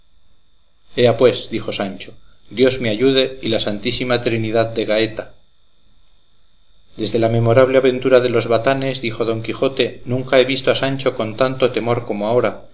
ea pues dijo sancho dios me ayude y la santísima trinidad de gaeta desde la memorable aventura de los batanes dijo don quijote nunca he visto a sancho con tanto temor como ahora